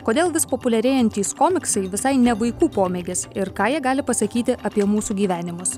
kodėl vis populiarėjantys komiksai visai ne vaikų pomėgis ir ką jie gali pasakyti apie mūsų gyvenimus